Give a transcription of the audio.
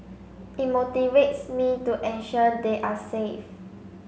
it motivates me to ensure they are safe